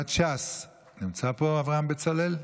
לסיעת ש"ס, נמצא פה אברהם בצלאל?